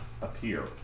appear